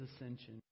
ascension